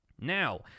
Now